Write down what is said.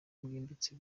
bwimbitse